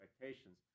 expectations